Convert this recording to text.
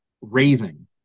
raising